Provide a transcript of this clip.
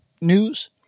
news